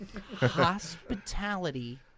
Hospitality